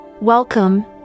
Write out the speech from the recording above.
Welcome